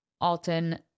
Alton